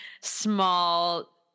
small